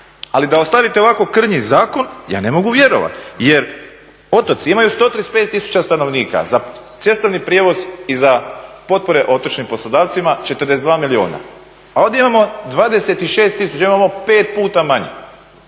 Ali da ostavite ovako krnji zakon ja ne mogu vjerovati. Jer otoci imaju 135 tisuća stanovnika, za cestovni prijevoz i za potpore otočnim poslodavcima 42 milijuna. A ovdje imamo 26 tisuća, imamo 5 puta manje.